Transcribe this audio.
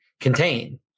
contain